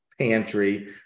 pantry